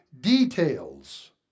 details